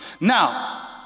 Now